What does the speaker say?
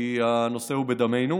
כי הנושא הוא בדמנו.